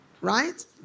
right